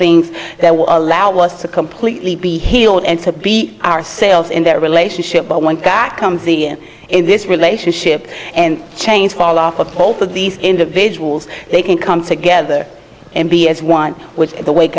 things that will allow us to completely be healed and to be our sales in their relationship but one that comes the in this relationship and change fall off of both of these individuals they can come together and be as one with the w